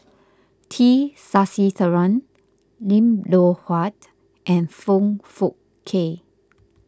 T Sasitharan Lim Loh Huat and Foong Fook Kay